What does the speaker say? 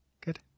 Good